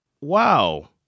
Wow